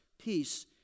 Peace